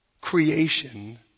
creation